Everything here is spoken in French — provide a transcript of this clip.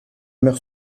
meure